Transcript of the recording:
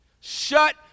shut